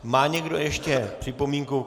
Má někdo ještě připomínku?